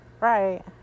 Right